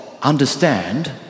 understand